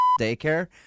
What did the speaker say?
daycare